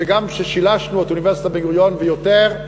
גם כששילשנו את אוניברסיטת בן-גוריון ויותר,